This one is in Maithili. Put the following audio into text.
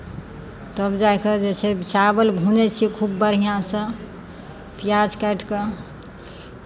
तब जाय कऽ जे छै चावल भूँजैत छियै खूब बढ़िआँसँ पियाज काटि कऽ